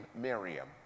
Miriam